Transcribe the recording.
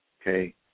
okay